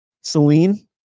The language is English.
Celine